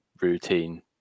routine